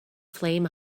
flame